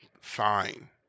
fine